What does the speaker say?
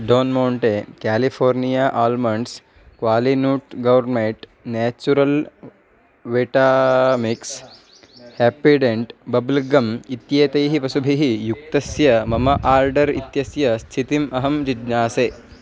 done Monte California almonds Qualinut gourmet natural Vitamix Happydent bubble gum इत्येतैः वस्तुभिः युक्तस्य मम आर्डर् इत्यस्य स्थितिम् अहं जिज्ञासे